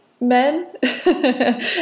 men